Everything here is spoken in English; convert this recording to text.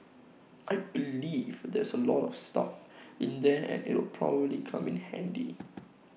I believe there's A lot of stuff in there and IT will probably come in handy